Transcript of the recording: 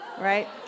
right